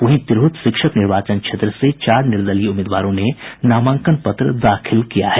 वहीं तिरहुत शिक्षक निर्वाचन क्षेत्र से चार निर्दलीय उम्मीदवारों ने नामांकन पत्र दाखिल किया है